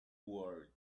world